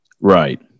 Right